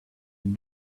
and